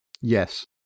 Yes